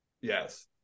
Yes